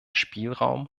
spielraum